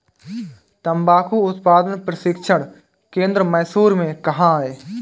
तंबाकू उत्पादन प्रशिक्षण केंद्र मैसूर में कहाँ है?